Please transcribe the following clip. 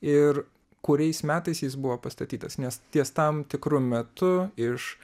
ir kuriais metais jis buvo pastatytas nes ties tam tikru metu iš